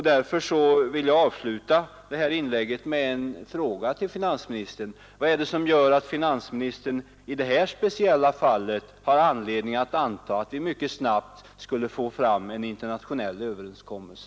Därför vill jag avsluta detta inlägg med en fråga till finansministern. Vad är det som gör att finansministern i detta speciella fall har anledning anta att vi mycket snabbt skulle få fram en internationell överenskommelse?